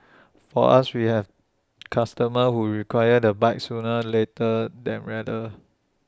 for us we have customers who require the bike sooner later than rather